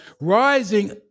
rising